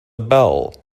bell